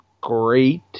great